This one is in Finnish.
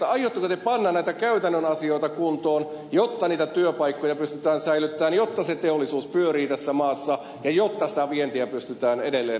aiotteko te panna näitä käytännön asioita kuntoon jotta niitä työpaikkoja pystytään säilyttämään jotta se teollisuus pyörii tässä maassa ja jotta vientiä pystytään edelleen edistämään